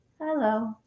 Hello